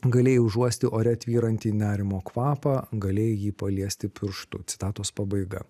galėjai užuosti ore tvyranti nerimo kvapą galėjai jį paliesti pirštu citatos pabaiga